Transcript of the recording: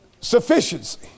sufficiency